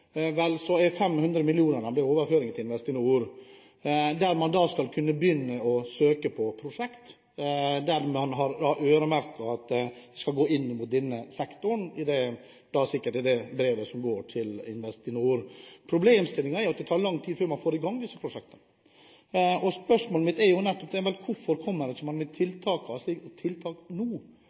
er 500 mill. kr av dem overført til Investinor, der man skal kunne begynne å søke på prosjekter. Pengene er øremerket for denne sektoren – det står sikkert i brevet til Investinor. Problemstillingen er at det tar lang tid før man får i gang disse prosjektene. Spørsmålet mitt går nettopp på dette: Hvorfor kommer man ikke med tiltak